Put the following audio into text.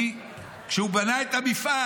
כשבנו את המפעל,